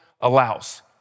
allows